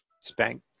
spank